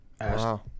Wow